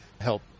help